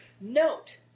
Note